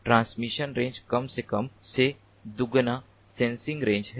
transmission range कम से कम से दोगुना सेंसिंग रेंज है